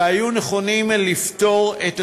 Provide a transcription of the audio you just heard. שהיו נכונים לפתור את הסוגיה.